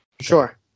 Sure